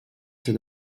cet